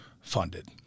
funded